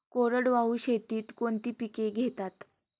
कोरडवाहू शेतीत कोणती पिके घेतात?